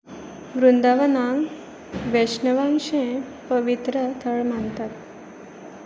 वृंदावनाक वैष्णवांचें पवित्र थळ मानतात